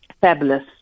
Fabulous